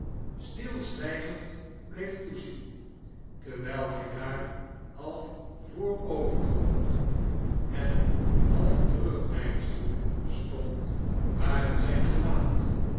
stilzwijgend bleef toezien terwijl hij daar half voorovergebogen en half terugdeinzende stond waren zijn gelaat